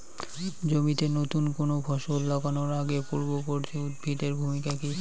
জমিতে নুতন কোনো ফসল লাগানোর আগে পূর্ববর্তী উদ্ভিদ এর ভূমিকা কি?